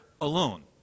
alone